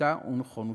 בחשיבותה ובנכונותה.